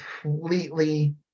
completely